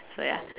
so ya